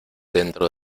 dentro